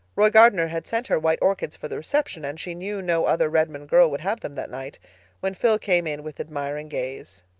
roy gardner had sent her white orchids for the reception, and she knew no other redmond girl would have them that night when phil came in with admiring gaze.